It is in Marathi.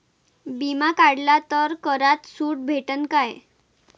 बिमा काढला तर करात सूट भेटन काय?